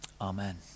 Amen